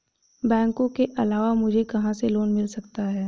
बैंकों के अलावा मुझे कहां से लोंन मिल सकता है?